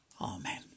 Amen